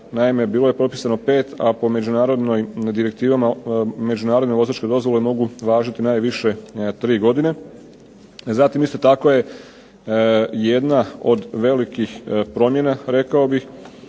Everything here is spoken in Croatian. naime bilo je propisano 5, a po međunarodnim direktivama međunarodne vozačke dozvole mogu važiti najviše 3 godine. Zatim isto tako je jedna od velikih promjena rekao bih